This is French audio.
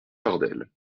fardel